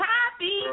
Happy